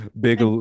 Big